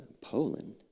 Poland